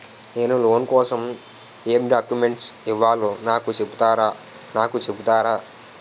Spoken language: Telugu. నేను లోన్ కోసం ఎం డాక్యుమెంట్స్ ఇవ్వాలో నాకు చెపుతారా నాకు చెపుతారా?